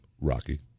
Rocky